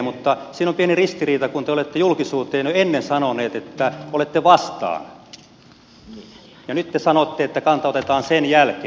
mutta siinä on pieni ristiriita kun te olette julkisuuteen jo aiemmin sanoneet että olette vastaan ja nyt te sanotte että kanta otetaan sen jälkeen